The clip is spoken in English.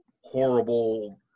horrible